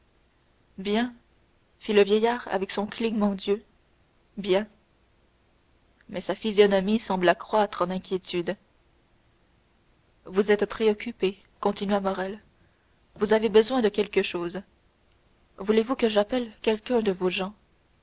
bien fit le vieillard avec son clignement d'yeux bien mais sa physionomie sembla croître en inquiétude vous êtes préoccupé continua morrel vous avez besoin de quelque chose voulez-vous que j'appelle quelqu'un de vos gens